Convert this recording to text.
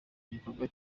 gikorwa